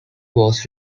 was